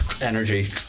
energy